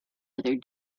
other